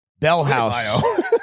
Bellhouse